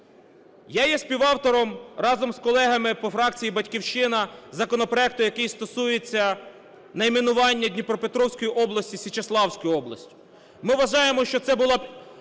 Я є співавтором разом з колегами по фракції "Батьківщина" законопроекту, який стосується найменування Дніпропетровської області в Січеславську область. Ми вважаємо, що це було